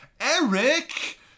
Eric